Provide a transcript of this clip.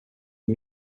aux